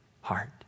heart